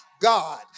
God